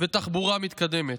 ותחבורה מתקדמת.